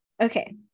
Okay